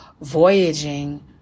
voyaging